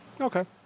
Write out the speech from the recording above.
Okay